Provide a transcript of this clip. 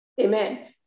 Amen